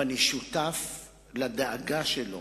ואני שותף לדאגה שלו